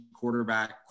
quarterback